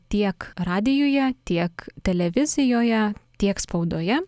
tiek radijuje tiek televizijoje tiek spaudoje